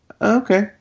okay